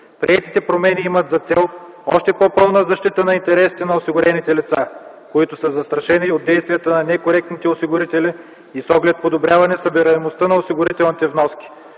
Приетите промени имат за цел още по-пълна защита на интересите на осигурените лица, които са застрашени от действията на некоректните осигурители и с оглед подобряване събираемостта на осигурителните вноски.